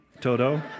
Toto